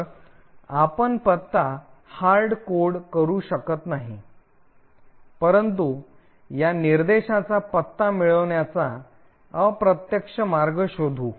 तर म्हणून आपण पत्ता हार्डकोड करू शकत नाही परंतु या निर्देशाचा पत्ता मिळवण्याचा अप्रत्यक्ष मार्ग शोधू